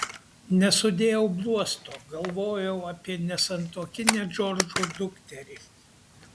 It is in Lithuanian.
nesudėjau bluosto galvojau apie nesantuokinę džordžo dukterį